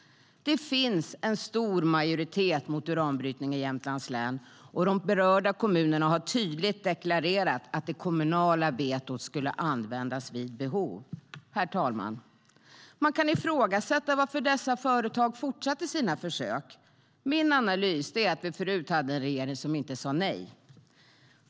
Det finns en stor majoritet mot uranbrytning i Jämtlands län, och de berörda kommunerna har tydligt deklarerat att det kommunala vetot skulle användas vid behov. Herr talman! Man kan ifrågasätta varför dessa företag fortsatte sina försök. Min analys är att vi förut hade en regering som inte sa nej.